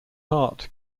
heart